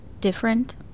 different